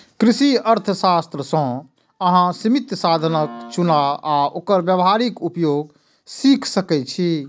कृषि अर्थशास्त्र सं अहां सीमित साधनक चुनाव आ ओकर व्यावहारिक उपयोग सीख सकै छी